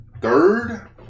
third